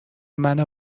منو